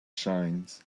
shines